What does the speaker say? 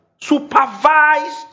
Supervised